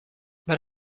but